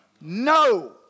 No